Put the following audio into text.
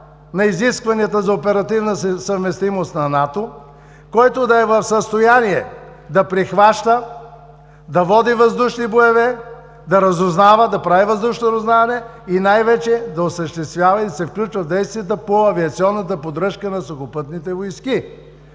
на изискванията за оперативност и съвместимост на НАТО, който да е в състояние да прихваща, да води въздушни боеве, да разузнава, да прави въздушно разузнаване и най-вече да осъществява и да се включва в действията по авиационната поддръжка на сухопътните войски.